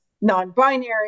non-binary